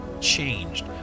changed